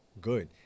good